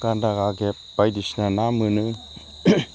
गान्दा गागेब बायदिसिना ना मोनो